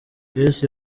yesu